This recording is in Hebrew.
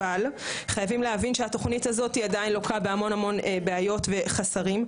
אבל חייבים להבין שהתוכנית הזאת עדיין לוקה בהמון המון בעיות וחסרים,